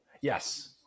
Yes